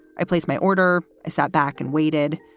i place my order. i sat back and waited.